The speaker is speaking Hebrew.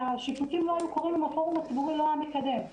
השיפוצים לא היו קורים אם הפורום הציבורי לא היה מקדם.